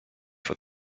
for